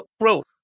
growth